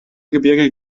gebirge